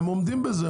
הם עומדים בזה,